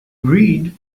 reed